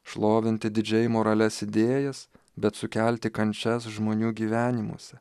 šlovinti didžiai moralias idėjas bet sukelti kančias žmonių gyvenimuose